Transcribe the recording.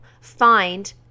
find